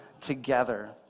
together